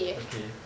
okay